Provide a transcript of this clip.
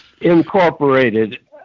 incorporated